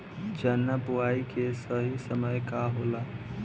चना बुआई के सही समय का होला?